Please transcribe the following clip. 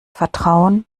vertrauen